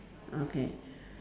okay